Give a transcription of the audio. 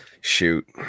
Shoot